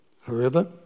forever